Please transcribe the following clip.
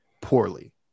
poorly